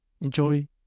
enjoy